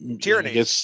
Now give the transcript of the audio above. Tyranny